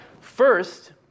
First